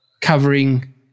covering